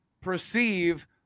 perceive